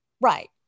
Right